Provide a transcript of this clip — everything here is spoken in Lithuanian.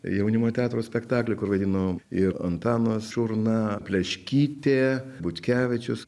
jaunimo teatro spektaklį kur vaidino i antanas šurna pleškytė butkevičius